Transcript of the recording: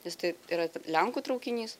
nes tai yra lenkų traukinys